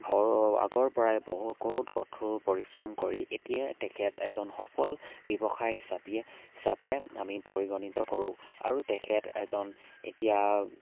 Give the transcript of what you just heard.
ভ আগৰ পৰাই বহু বহুত কঠোৰ পৰিশ্ৰম কৰি এতিয়া তেখেত এজন সফল ব্যৱসায় হিচাপি হিচাপে আমি পৰিগণিত কৰোঁ আৰু তেখেত এজন এতিয়া